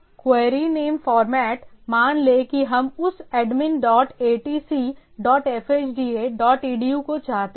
query name format मान लें कि हम उस admin dot atc dot fhda dot edu को चाहते हैं